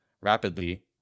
rapidly